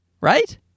right